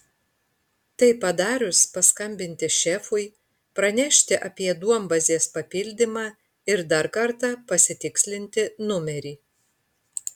tai padarius paskambinti šefui pranešti apie duombazės papildymą ir dar kartą pasitikslinti numerį